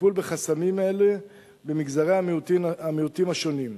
ולטיפול בחסמים אלה במגזרי המיעוטים השונים: